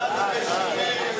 בעד הפנסיונרים.